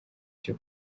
cyo